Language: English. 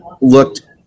looked